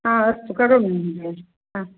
हा अस्तु करोमि महोदय ह